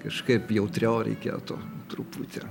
kažkaip jautriau reikėtų truputį